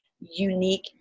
unique